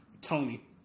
Tony